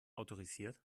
autorisiert